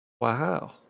Wow